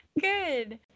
good